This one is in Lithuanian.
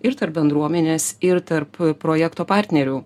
ir tarp bendruomenės ir tarp projekto partnerių